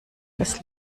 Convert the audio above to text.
das